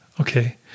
Okay